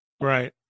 Right